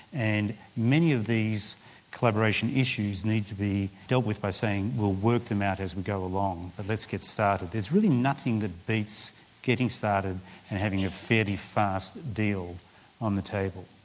and many of these collaboration issues need to be dealt with by saying we'll work them out as we go along, but and let's get started. there's really nothing that beats getting started and having a fairly fast deal on the table.